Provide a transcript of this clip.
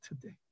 today